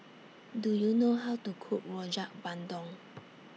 Do YOU know How to Cook Rojak Bandung